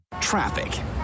traffic